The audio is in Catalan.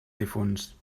difunts